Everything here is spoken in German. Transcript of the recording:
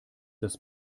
das